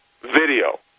video